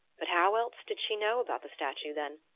but how else did she know about the statue then?